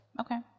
Okay